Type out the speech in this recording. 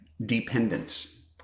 dependence